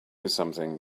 something